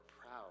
proud